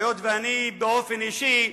היות שאני באופן אישי,